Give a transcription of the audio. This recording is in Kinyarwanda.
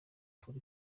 turi